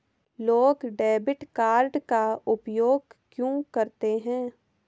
लोग debit card का उपयोग क्यों करते हैं?